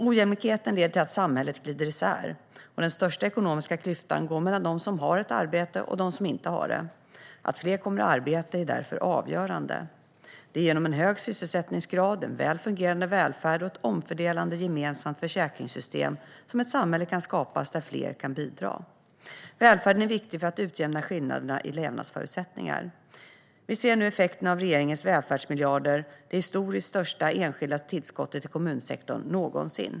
Ojämlikheten leder till att samhället glider isär. Den största ekonomiska klyftan går mellan dem som har ett arbete och dem som inte har det. Att fler kommer i arbete är därför avgörande. Det är genom en hög sysselsättningsgrad, en väl fungerande välfärd och ett omfördelande gemensamt försäkringssystem som ett samhälle kan skapas där fler kan bidra. Välfärden är viktig för att utjämna skillnader i levnadsförutsättningar. Vi ser nu effekterna av regeringens välfärdsmiljarder - det historiskt största enskilda tillskottet till kommunsektorn någonsin.